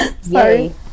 Sorry